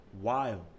Wild